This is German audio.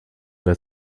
wer